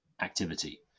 activity